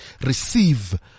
receive